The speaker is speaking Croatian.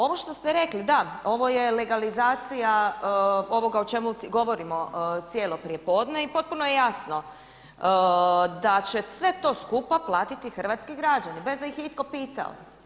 Ovo što ste rekli, da ovo je legalizacija ovoga o čemu govorimo cijelo prijepodne i potpuno je jasno da će sve to skupa platiti hrvatski građani bez da ih je itko pitao.